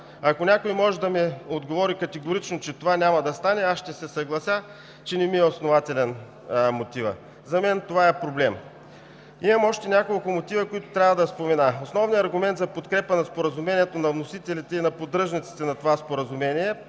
Ако някой може да ми отговори категорично, че това няма да стане, аз ще се съглася, че мотивът ми не е основателен. За мен това е проблем. Имам още няколко мотива, които трябва да спомена. Основният аргумент за подкрепа на Споразумението на вносителите и на поддръжниците му е, че ни